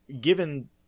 given